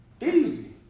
Easy